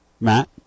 Matt